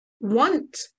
want